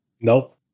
Nope